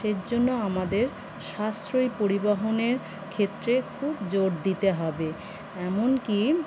সের জন্য আমাদের সাশ্রয়ী পরিবহনের ক্ষেত্রে খুব জোর দিতে হবে এমনকি